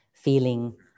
feeling